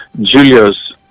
Julius